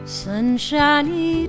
sunshiny